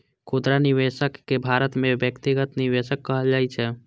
खुदरा निवेशक कें भारत मे व्यक्तिगत निवेशक कहल जाइ छै